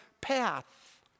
path